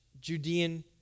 Judean